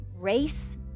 race